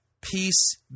peace